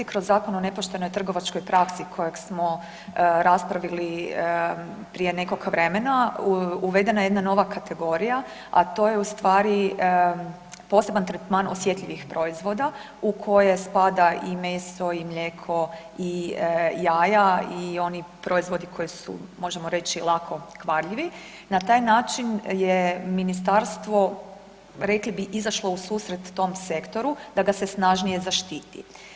Kroz Zakon o nepoštenoj trgovačkoj praksi kojeg smo raspravili prije nekog vremena uvedena je jedna nova kategorija, a to je ustvari poseban tretman osjetljivih proizvoda u koje spada i meso i mlijeko i jaja i oni proizvodi koji su možemo reći lako kvarljivi, na taj način je ministarstvo rekli bi izašlo u susret tom sektoru da ga se snažnije zaštiti.